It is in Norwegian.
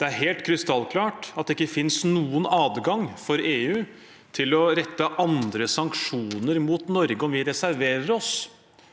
Det er helt krystallklart at det ikke finnes noen adgang for EU til å rette andre sanksjoner mot Norge om vi reserverer oss.